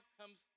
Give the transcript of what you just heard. comes